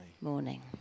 morning